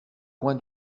coin